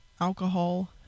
alcohol